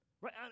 Right